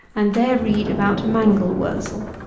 and there read about mangle wurzle.